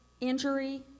Injury